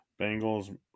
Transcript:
Bengals